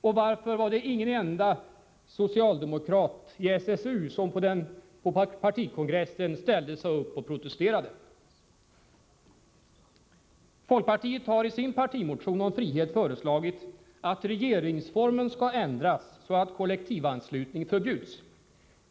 Och varför var det ingen enda SSU-are som på den socialdemokratiska partikongressen ställde sig upp och protesterade? Folkpartiet har i sin partimotion om frihet föreslagit att regeringsformen skall ändras så att kollektivanslutning förbjuds.